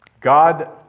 God